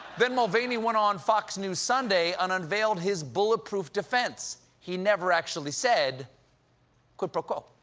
then mulvaney went on fox news sunday and unveiled his bulletproof defense he never actually said quid pro quo.